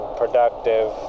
productive